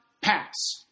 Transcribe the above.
pass